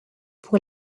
pour